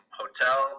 hotel